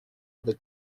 other